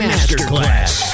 Masterclass